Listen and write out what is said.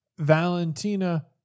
Valentina